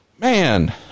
man